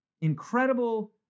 incredible